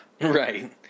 Right